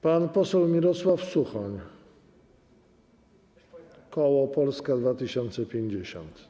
Pan poseł Mirosław Suchoń, koło Polska 2050.